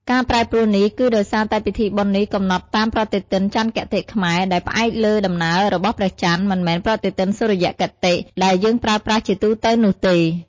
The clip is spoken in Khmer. ការប្រែប្រួលនេះគឺដោយសារតែពិធីបុណ្យនេះកំណត់តាមប្រតិទិនចន្ទគតិខ្មែរ ដែលផ្អែកលើដំណើររបស់ព្រះចន្ទ មិនមែនប្រតិទិនសុរិយគតិ ដែលយើងប្រើប្រាស់ជាទូទៅនោះទេ។